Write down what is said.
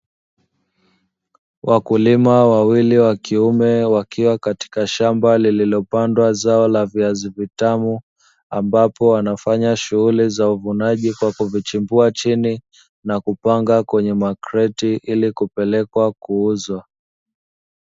Wakulima wawili wa kiume wakiwa katika shamba lililopandwa zao la viazi vitamu, ambapo wanafanya shughuli za uvunaji kwa kuvichimbua chini na kupanga kwenye makreti ili kupelekwa kuuzwa.